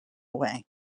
away